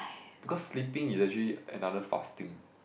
because sleeping is actually another fasting